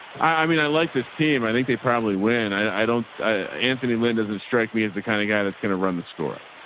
i mean, i like this team. i think they probably, when i don't, i, anthony lynn doesn't strike me as the kind of guy that's going to run the score up.